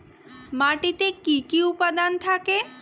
মাটিতে কি কি উপাদান থাকে?